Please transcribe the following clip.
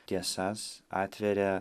tiesas atveria